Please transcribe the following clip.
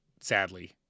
Sadly